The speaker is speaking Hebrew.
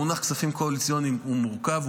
המונח כספים קואליציוניים הוא מורכב,